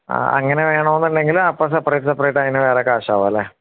ആ അങ്ങനെ വേണമെന്നുണ്ടെങ്കില് അപ്പോള് സെപ്പറേറ്റ് സെപ്പറേറ്റ് അതിന് വേറെ കാശാകുമല്ലെ